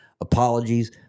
apologies